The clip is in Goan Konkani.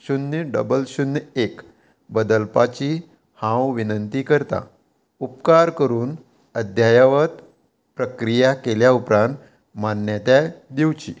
शुन्य डबल शुन्य एक बदलपाची हांव विनंती करतां उपकार करून अध्यायवत प्रक्रिया केल्या उपरांत मान्यताय दिवची